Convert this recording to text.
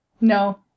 No